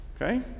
okay